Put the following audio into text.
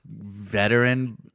veteran